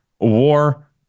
war